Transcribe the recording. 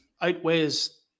outweighs